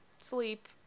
sleep